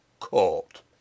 Court